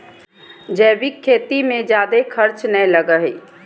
जैविक खेती मे जादे खर्च नय लगो हय